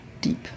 deep